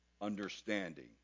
understanding